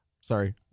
Sorry